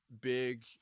big